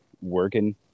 working